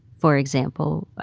for example,